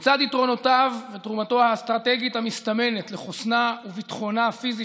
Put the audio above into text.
בצד יתרונותיו ותרומתו האסטרטגית המסתמנת לחוסנה וביטחונה הפיזי